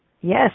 Yes